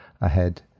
ahead